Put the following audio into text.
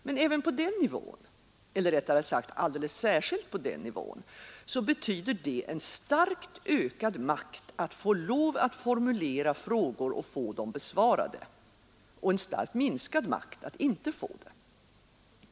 Men även på den nivån, eller rättare sagt alldeles särskilt på den nivån, betyder det en starkt ökad makt att få lov att formulera frågor och få dem besvarade och en starkt minskad makt att inte få det.